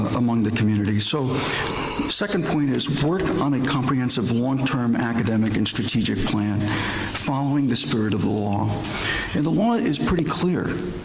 among the community so second point is, work on a comprehensive longterm academic and strategic plan following the spirit of the law. and the law is pretty clear.